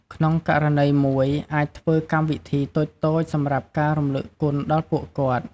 ក្នុងករណីមួយអាចធ្វើកម្មវិធីតូចៗ សម្រាប់ការរំលឹកគុណដល់ពួកគាត់។